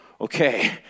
Okay